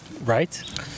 right